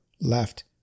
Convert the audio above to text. left